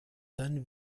dann